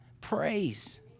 praise